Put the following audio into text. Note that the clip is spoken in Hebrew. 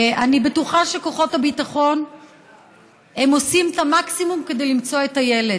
אני בטוחה שכוחות הביטחון עושים את המקסימום למצוא את הילד.